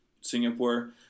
Singapore